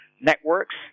Networks